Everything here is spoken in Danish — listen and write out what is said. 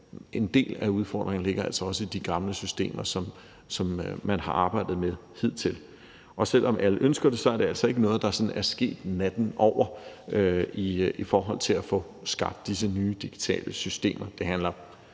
en del af udfordringerne ligger altså også i de gamle systemer, som man har arbejdet med hidtil. Og selv om alle ønsker det, er det altså ikke noget, der sådan er sket natten over i forhold til at få skabt disse nye digitale systemer,